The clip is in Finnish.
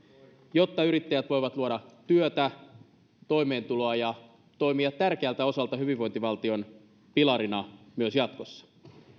jotta yrittäjät voivat luoda työtä ja toimeentuloa ja toimia tärkeältä osalta hyvinvointivaltion pilarina myös jatkossa